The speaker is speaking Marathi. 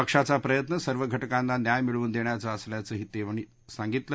पक्षाचा प्रयत्न सर्व घटकांना न्याय मिळवून देण्याचा असल्याचं त्यांनी सांगितले